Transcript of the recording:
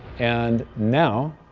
and now